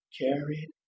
carried